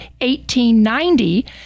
1890